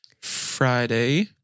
Friday